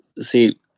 See